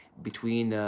between,